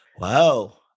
Wow